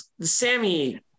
Sammy